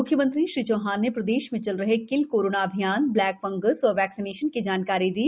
म्ख्यमंत्री श्री चौहान ने प्रदेश में चल रहे किल कोरोना अभियान ब्लैक फंगस और वैक्सीनेशन की जानकारी दी